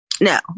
No